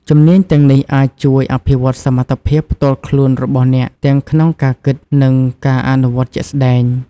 ជំនាញទាំងនេះអាចជួយអភិវឌ្ឍសមត្ថភាពផ្ទាល់ខ្លួនរបស់អ្នក ទាំងក្នុងការគិត និងការអនុវត្តជាក់ស្ដែង។